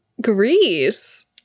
Greece